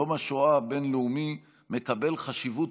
יום השואה הבין-לאומי מקבל חשיבות